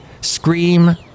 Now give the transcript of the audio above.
Scream